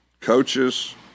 coaches